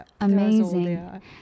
amazing